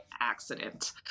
accident